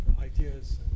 ideas